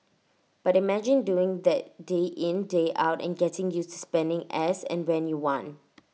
but imagine doing that day in day out and getting used to spending as and when you want